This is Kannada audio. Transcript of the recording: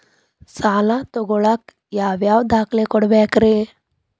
ಸಾಲ ತೊಗೋಳಾಕ್ ಯಾವ ಯಾವ ದಾಖಲೆ ಕೊಡಬೇಕ್ರಿ?